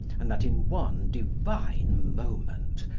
and that in one divine moment,